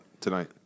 tonight